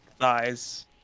Thighs